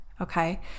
okay